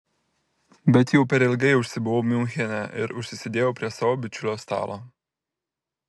bet jau per ilgai užsibuvau miunchene ir užsisėdėjau prie savo bičiulio stalo